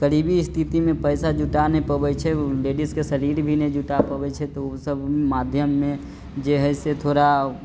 गरीबी स्थितिमे पइसा जुटा नहि पबै छै लेडीजके शरीर भी नहि जुटा पबै छै तऽ ओसब माध्यममे जे हइ से थोड़ा